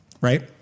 right